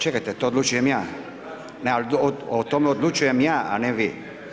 Čekajte to odlučujem ja, o tome odlučujem ja a ne vi.